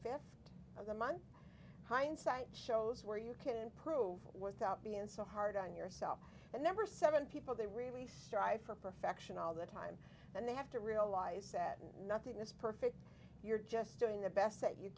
fifth of the month hindsight shows where you can prove without being so hard on yourself that number seven people they really strive for perfection all the time and they have to realize that nothing this perfect you're just doing the best that you